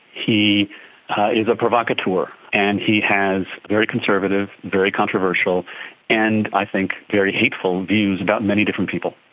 he is a provocateur, and he has very conservative, very controversial and, i think, very hateful views about many different people.